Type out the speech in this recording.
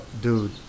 Dude